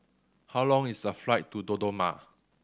how long is the flight to Dodoma